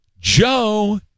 Joe